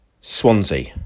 Swansea